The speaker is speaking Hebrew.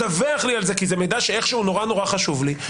תדווח לי על זה כי זה מידע שאכישהו הוא נורא נורא חשוב לי.